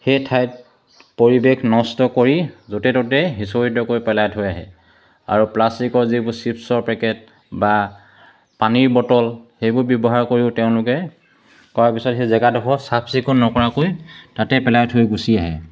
সেই ঠাইত পৰিৱেশ নষ্ট কৰি য'তে ত'তে সিঁচৰিতকৈ পেলাই থৈ আহে আৰু প্লাষ্টিকৰ যিবোৰ চিপ্ছৰ পেকেট বা পানীৰ বটল সেইবোৰ ব্যৱহাৰ কৰিও তেওঁলোকে কৰাৰ পিছত সেই জেগাডোখৰ চাফচিকুণ নকৰাকৈ তাতে পেলাই থৈ গুচি আহে